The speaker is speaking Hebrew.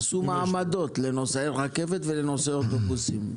עשו מעמדות לנוסעי רכבת ולנוסעי אוטובוסים.